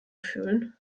fühlen